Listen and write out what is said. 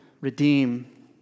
redeem